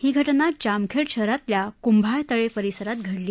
ही घटना जामखेड शहरातील कुंभाळतळे परिसरात घडली